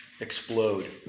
explode